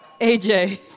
AJ